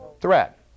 threat